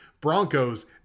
Broncos